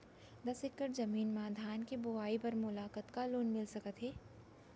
दस एकड़ जमीन मा धान के बुआई बर मोला कतका लोन मिलिस सकत हे?